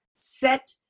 Set